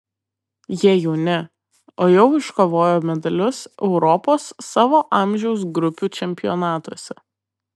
jie jauni o jau iškovojo medalius europos savo amžiaus grupių čempionatuose